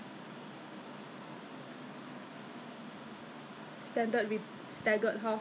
Justin report eight o'clock by eight o'clock Julius report at eight ten whereas the the other level maybe